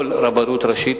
כל רבנות ראשית